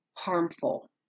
harmful